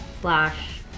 slash